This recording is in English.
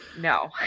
no